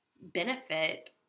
benefit